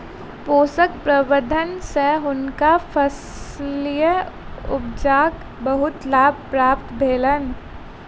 पोषक प्रबंधन सँ हुनका फसील उपजाक बहुत लाभ प्राप्त भेलैन